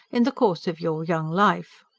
in the course of your young life?